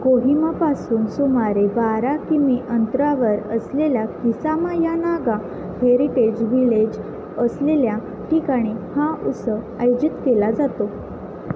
कोहिमापासून सुमारे बारा किमी अंतरावर असलेल्या किसामा या नागा हेरिटेज व्हिलेज असलेल्या ठिकाणी हा उत्सव आयोजित केला जातो